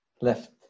Left